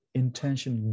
intention